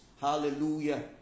Hallelujah